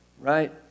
right